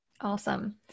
Awesome